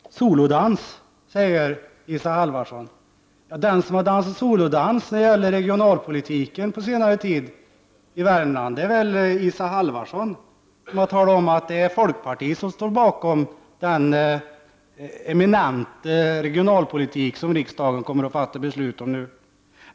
Herr talman! Solodans, säger Isa Halvarsson, den som på senare tid har dansat solo i Värmland när det gäller regionalpolitik är väl Isa Halvarsson, som har talat om att det är folkpartiet som står bakom den eminenta regionalpolitik som riksdagen nu kommer att fatta beslut om.